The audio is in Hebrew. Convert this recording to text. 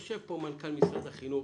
יושב כאן מנכ"ל משרד החינוך,